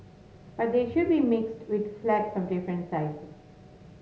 but they should be mixed with flats of different sizes